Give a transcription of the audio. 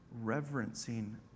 reverencing